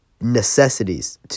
necessities